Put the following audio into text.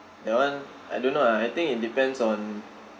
that [one] I don't know ah I think it depends on